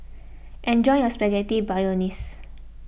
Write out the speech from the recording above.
enjoy your Spaghetti Bolognese